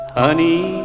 honey